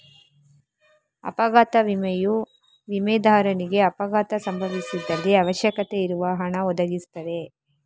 ಅಪಘಾತ ವಿಮೆಯು ವಿಮೆದಾರನಿಗೆ ಅಪಘಾತ ಸಂಭವಿಸಿದಲ್ಲಿ ಅವಶ್ಯಕತೆ ಇರುವ ಹಣ ಒದಗಿಸ್ತದೆ